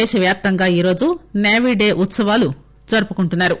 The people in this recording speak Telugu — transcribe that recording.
దేశవ్యాప్తంగా ఈరోజు సేవీ డే ఉత్సవాలు జరుపుకుంటున్నారు